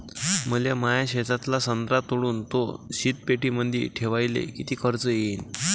मले माया शेतातला संत्रा तोडून तो शीतपेटीमंदी ठेवायले किती खर्च येईन?